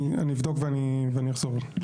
אני אבדוק ואני אחזור.